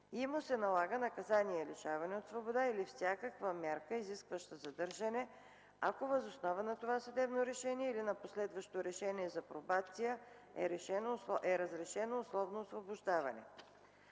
и му се налага наказание лишаване от свобода или всякаква мярка, изискваща задържане, ако въз основа на това съдебно решение или на последващо решение за пробация е разрешено условно освобождаване;